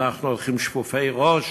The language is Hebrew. אנחנו הולכים שפופי ראש